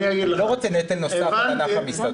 אנחנו לא רוצים נטל נוסף על ענף המסעדנות.